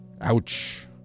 Ouch